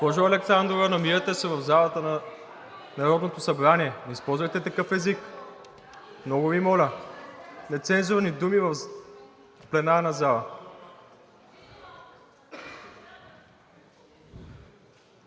Госпожо Александрова, намирате се в залата на Народното събрание. Не използвайте такъв език, много Ви моля – нецензурни думи в пленарната зала!